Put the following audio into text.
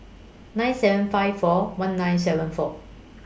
nine seven five four one nine seven four